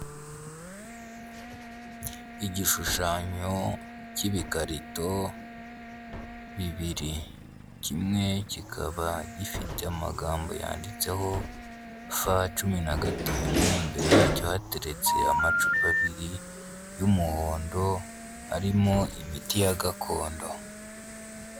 Igishushanyo cy'ibikarito bibiri. Kimwe kikaba gifite amagambo yanditseho F, cumi na gatanu, imbere yacyo hateretse amacupa abiri y'umuhondo, arimo imiti ya gakondo.